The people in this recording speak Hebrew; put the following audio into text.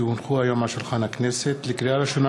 כי הונחו היום על שולחן הכנסת לקריאה ראשונה,